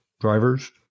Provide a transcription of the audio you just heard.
drivers